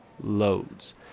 loads